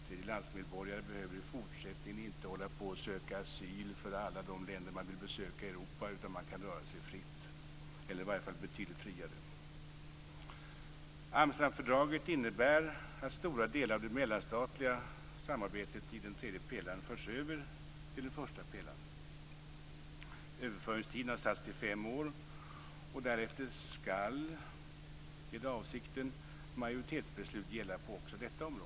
Tredjelandsmedborgare behöver i fortsättningen inte hålla på att söka asyl för alla de länder de vill besöka i Europa. Man kan röra sig fritt - eller i varje fall betydligt friare. Amsterdamfördraget innebär att stora delar av det mellanstatliga samarbetet i den tredje pelaren förs över till den första pelaren. Överföringstiden har satts till fem år. Därefter skall, det är avsikten, majoritetsbeslut gälla också på detta område.